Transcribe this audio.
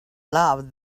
love